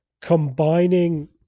combining